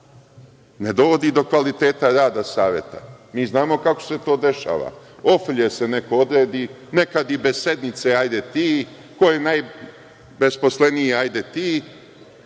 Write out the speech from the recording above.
ne dovodi do kvaliteta rada Saveta. Mi znamo kako se to dešava, ofrlje se neko odredi, nekad i bez sednice, ko je najbesposleniji, hajde ti. Da